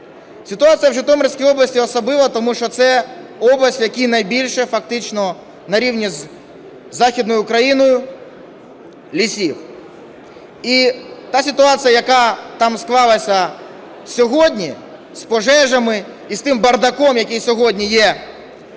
Ситуація в Житомирській області особлива, тому що це область, у якій найбільше, фактично на рівні з Західною Україною, лісів. І та ситуація, яка там склалася сьогодні з пожежами і з тим бардаком, який сьогодні є